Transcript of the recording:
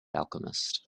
alchemist